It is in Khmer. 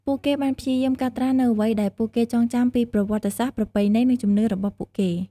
ពួកគេបានព្យាយាមកត់ត្រានូវអ្វីដែលពួកគេចងចាំពីប្រវត្តិសាស្ត្រ ប្រពៃណី និងជំនឿរបស់ពួកគេ។